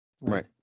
right